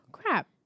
Crap